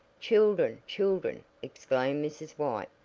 children! children! exclaimed mrs. white,